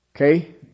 Okay